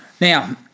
Now